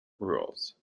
rules